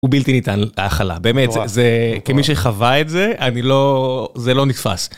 הוא בלתי ניתן להכלה. באמת, זה כמי שחווה את זה אני לא... זה לא נתפס.